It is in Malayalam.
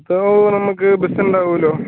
അപ്പോൾ നമുക്ക് ബസ് ഉണ്ടാകുമല്ലോ